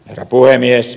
herra puhemies